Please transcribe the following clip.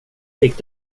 fick